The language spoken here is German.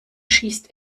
schießt